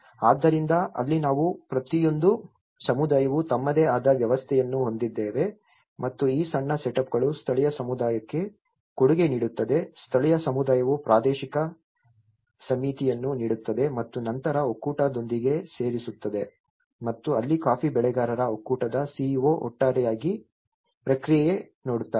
ಆದ್ದರಿಂದ ಅಲ್ಲಿ ನಾವು ಪ್ರತಿಯೊಂದು ಸಮುದಾಯವು ತಮ್ಮದೇ ಆದ ವ್ಯವಸ್ಥೆಯನ್ನು ಹೊಂದಿದ್ದೇವೆ ಮತ್ತು ಈ ಸಣ್ಣ ಸೆಟಪ್ಗಳು ಸ್ಥಳೀಯ ಸಮುದಾಯಕ್ಕೆ ಕೊಡುಗೆ ನೀಡುತ್ತವೆ ಸ್ಥಳೀಯ ಸಮುದಾಯವು ಪ್ರಾದೇಶಿಕ ಸಮಿತಿಯನ್ನು ನೀಡುತ್ತದೆ ಮತ್ತು ನಂತರ ಒಕ್ಕೂಟದೊಂದಿಗೆ ಸೇರಿಸುತ್ತದೆ ಮತ್ತು ಅಲ್ಲಿ ಕಾಫಿ ಬೆಳೆಗಾರರ ಒಕ್ಕೂಟದ CEO ಒಟ್ಟಾರೆಯಾಗಿ ಪ್ರಕ್ರಿಯೆ ನೋಡುತ್ತಾರೆ